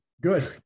Good